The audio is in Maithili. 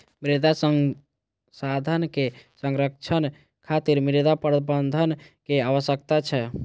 मृदा संसाधन के संरक्षण खातिर मृदा प्रबंधन के आवश्यकता छै